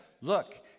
Look